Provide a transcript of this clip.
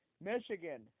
Michigan